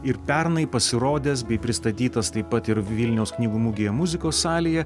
ir pernai pasirodęs bei pristatytas taip pat ir vilniaus knygų mugėje muzikos salėje